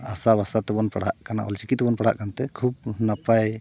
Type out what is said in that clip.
ᱟᱥᱟ ᱵᱷᱟᱥᱟ ᱛᱮᱵᱚᱱ ᱯᱟᱲᱦᱟᱜ ᱠᱟᱱᱟ ᱚᱞᱪᱤᱠᱤ ᱛᱮᱵᱚᱱ ᱯᱟᱲᱦᱟᱜ ᱠᱟᱱᱛᱮ ᱠᱷᱩᱵ ᱱᱟᱯᱟᱭ